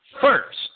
first